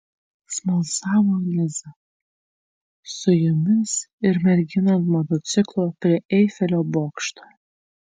smalsavo liza su jumis ir mergina ant motociklo prie eifelio bokšto